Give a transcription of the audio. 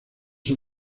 son